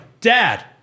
Dad